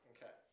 Okay